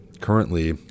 currently –